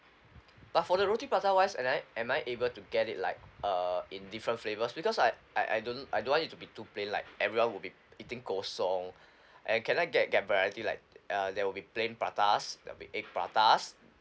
but for the roti prata wise and I am I able to get it like err in different flavours because I I I don't I don't want it to be too plain like everyone will be eating kosong and can I get get variety like uh there will be plain pratas there'll be egg pratas